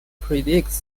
predicts